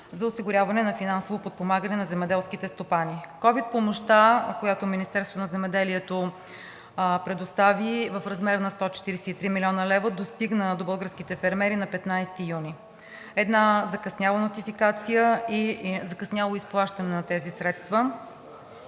за осигуряване на финансово подпомагане на земеделските стопани. Ковид помощта, която Министерството на земеделието предостави в размер на 143 млн. лв., достигна до българските фермери на 15 юни. Една закъсняла нотификация и закъсняло изплащане на тези средства